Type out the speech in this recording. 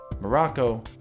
Morocco